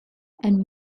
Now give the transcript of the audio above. and